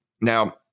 Now